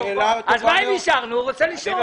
שאלה מצוינת.